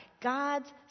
God's